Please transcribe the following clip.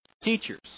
teachers